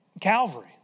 Calvary